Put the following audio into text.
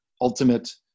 ultimate